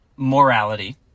Morality